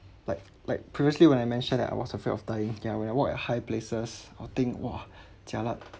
like like previously when I mentioned that I was afraid of dying then when I walk at high places I would think !wah! jialat